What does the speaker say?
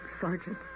Sergeant